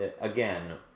again